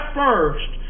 first